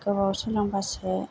गावबा गाव सोलोंबासो